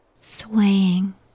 swaying